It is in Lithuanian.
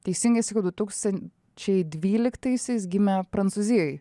teisingai sakau du tūkstančiai dvyliktaisiais gimė prancūzijoj